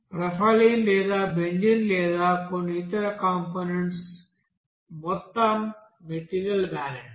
propylene లేదా benzene లేదా కొన్ని ఇతర కంపోనెంట్స్ మొత్తం మెటీరియల్ బ్యాలెన్స్